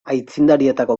aitzindarietako